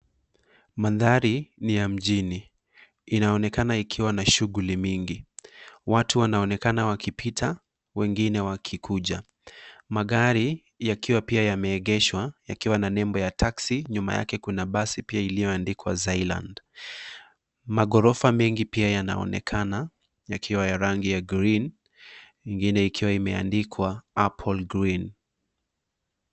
Mandhari ni ya mjini, inaonekana ikiwa na shughuli mingi. Watu wanaonekana wakipita, wengine wakikuja. Magari yakiwa pia yameegeshwa yakiwa na nembo ya teksi, nyuma yake kuna basi iliyoandikwa Zeyland. Maghorofa mengi pia yanaonekana yakiwa ya rangi ya green ingine ikiwa imeandikwa Applegreen .